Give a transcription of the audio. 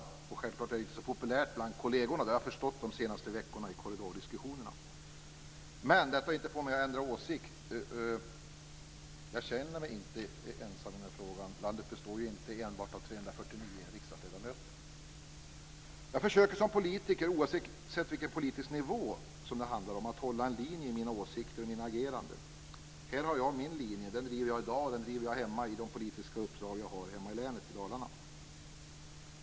Det är självklart inte så populärt bland kollegerna, det har jag förstått de senaste veckorna i korridordiskussionerna. Men det har inte fått mig att ändra åsikt. Jag känner mig inte ensam i den här frågan. Landet består ju inte enbart av 349 riksdagsledamöter. Jag försöker som politiker, oavsett vilken politisk nivå det handlar om, att hålla en linje i mina åsikter och mitt agerande. Här har jag min linje. Den driver jag i dag, och den driver jag i de politiska uppdrag jag har i hemlänet, Dalarna.